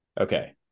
Okay